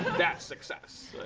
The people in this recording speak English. that's success.